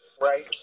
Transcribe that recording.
Right